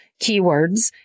keywords